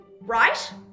right